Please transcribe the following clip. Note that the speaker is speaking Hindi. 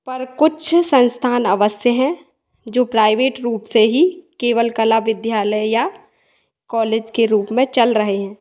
पर कुछ संस्थान अवश्य हैं जो प्राइवेट रूप से ही केवल कला विद्यालय या कॉलेज के रूप में चल रहे हैं